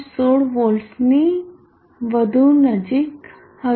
16 volts ની વધુ નજીક હશે